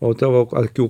o tavo akių